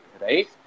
right